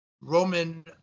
Roman